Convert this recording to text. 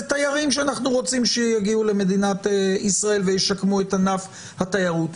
תיירים שאנחנו רוצים שיגיעו למדינת ישראל וישקמו את ענף התיירות?